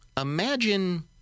imagine